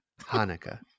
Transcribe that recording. Hanukkah